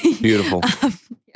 Beautiful